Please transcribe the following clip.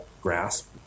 grasp